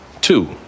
Two